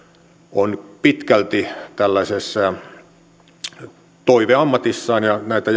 on pitkälti toiveammatissaan ja näitä